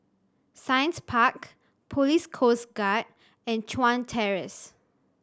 Science Park Police Coast Guard and Chuan Terrace